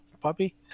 puppy